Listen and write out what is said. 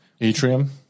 atrium